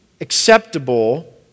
acceptable